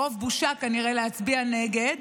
כנראה מרוב בושה להצביע נגד,